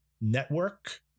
Network